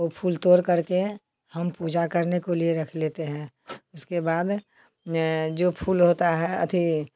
वह फूल तोड़ करके हम पूजा करने को लिए रख लेते हैं उसके बाद जो फूल होता है अथी